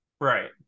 Right